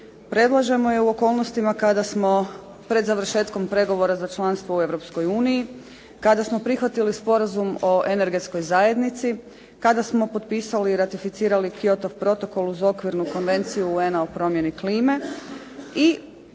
Predlažemo je u okolnostima kada smo pred završetkom pregovora za članstvo u Europskoj uniji, kada smo prihvatili sporazum o energetskoj zajednici, kada smo potpisali i ratificirali Kyotov protokol uz okvirnu konvenciju UN-a o promjeni klime i